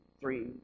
three